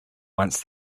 once